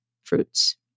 fruits